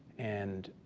and